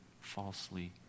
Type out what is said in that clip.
falsely